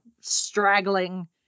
straggling